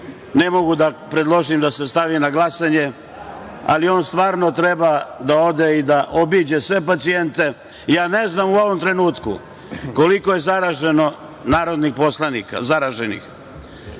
Ne mogu da predložim da se stavi na glasanje, ali on stvarno treba da ode i da obiđe sve pacijente. Ne znam u ovom trenutku koliko je zaraženih narodnih poslanika. Ono